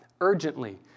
urgently